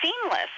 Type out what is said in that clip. seamless